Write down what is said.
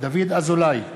דוד אזולאי,